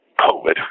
COVID